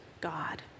God